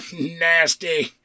nasty